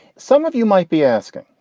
some of you might be asking,